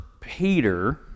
Peter